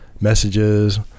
messages